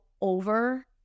over